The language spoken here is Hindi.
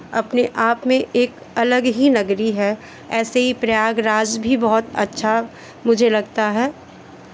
अपने आप में एक अलग ही नगरी है ऐसे ई प्रयागराज भी बहुत अच्छा मुझे लगता है